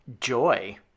joy